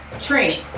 training